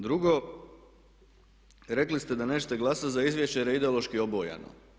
Drugo, rekli ste da nećete glasati za izvješće jer je ideološki obojano.